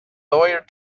lawyer